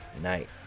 night